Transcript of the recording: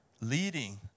leading